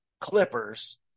Clippers